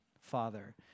father